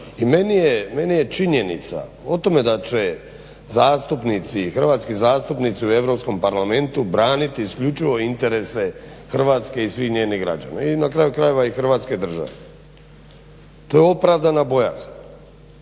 I meni je činjenica o tome da će hrvatski zastupnici u Europskom parlamentu braniti isključivo interese Hrvatske i svih njenih građana i na kraju krajeva i Hrvatske države. To je opravdana bojazan.